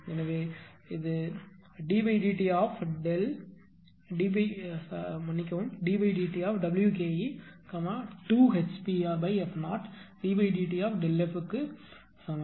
எனவே இது ddtWke 2HPrf0ddt க்கு சமம்